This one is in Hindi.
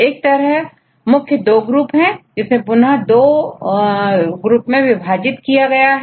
एक तरह मुख्य दो ग्रुप है जिन्हें पुनः सब ग्रुप में विभाजित किया गया है